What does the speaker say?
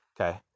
Okay